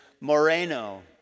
moreno